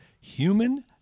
Human